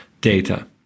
data